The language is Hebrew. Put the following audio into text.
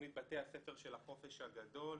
תוכנית בתי הספר של החופש הגדול,